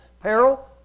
peril